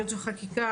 לייעוץ וחקיקה,